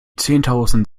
zehntausend